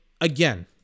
again